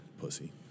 Pussy